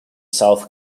south